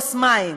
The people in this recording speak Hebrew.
כוס מים,